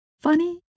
funny